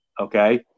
Okay